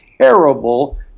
terrible